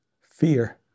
fear